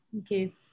Okay